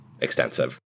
extensive